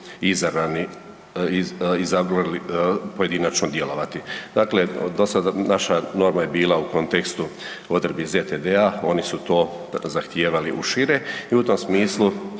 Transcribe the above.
izabrali pojedinačno djelovati. Dakle, do sada, naša norma je bila u kontekstu odredbi ZTD-a, oni su to zahtijevali u šire i u tom smislu